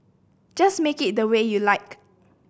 just make it the way you like